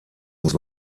muss